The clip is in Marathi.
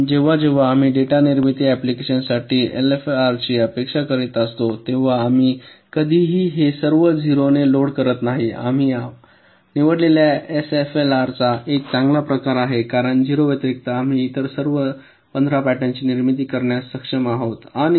म्हणून जेव्हा जेव्हा आम्ही डेटा निर्मिती अँप्लिकेशन साठी एलएफएसआरची अपेक्षा करीत असतो तेव्हा आम्ही कधीही हे सर्व 0 ने लोड करत नाही आणि आम्ही निवडलेल्या एलएफएसआरचा हा एक चांगला प्रकार आहे कारण 0 व्यतिरिक्त आम्ही इतर सर्व 15 पॅटर्नची निर्मिती करण्यास सक्षम आहोत